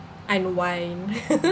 unwind